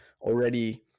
already